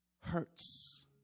hurts